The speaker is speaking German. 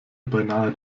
beinahe